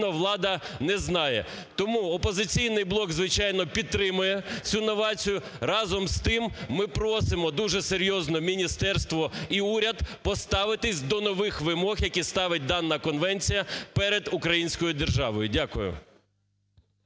влада не знає. Тому "Опозиційний блок", звичайно, підтримує цю новацію. Разом з тим ми просимо дуже серйозно міністерство і уряд поставитись до нових вимог, які ставить дана конвенція перед українською державою. Дякую.